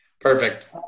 Perfect